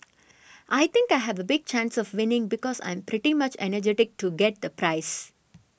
I think I have a big chance of winning because I'm pretty much energetic to get the prize